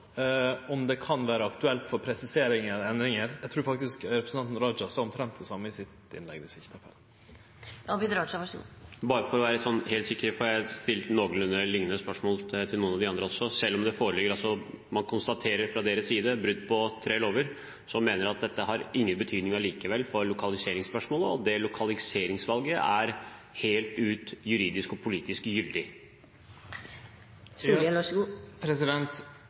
om det kan vere aktuelt med presiseringar eller endringar. Eg trur faktisk representanten Raja sa omtrent det same i sitt innlegg. Bare for å være helt sikker, for jeg har stilt noenlunde liknende spørsmål til noen av de andre også: Selv om de fra sin side konstaterer brudd på tre lover, så mener de at dette likevel ikke har noen betydning for lokaliseringsspørsmålet, og at lokaliseringsvalget er helt ut juridisk og politisk